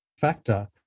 factor